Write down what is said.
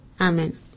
Amen